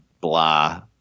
blah